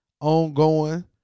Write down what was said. ongoing